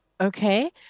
Okay